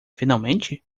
finalmente